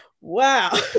wow